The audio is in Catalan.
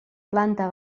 planta